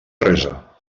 resa